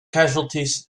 casualties